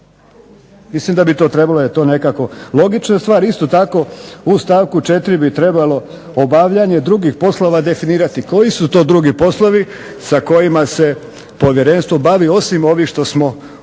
Mislim da bi to trebalo jer je to nekako logična stvar. Isto tako, u stavku 4. bi trebalo obavljanje drugih poslova definirati koji su to drugi poslovi sa kojima se povjerenstvo bavi osim ovih što smo ovdje